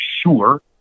sure